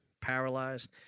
paralyzed